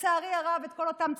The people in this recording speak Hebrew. לצערי הרב, את כל אותם צעירים,